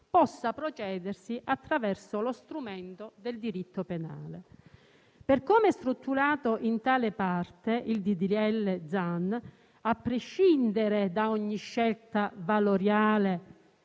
possa procedersi attraverso lo strumento del diritto penale. Per come è strutturato in tale parte, il disegno di legge Zan, a prescindere da ogni scelta valoriale